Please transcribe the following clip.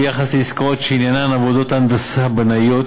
ביחס לעסקאות שעניינן עבודות הנדסה בנאיות